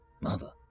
Mother